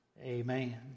amen